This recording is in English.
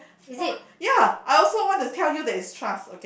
is it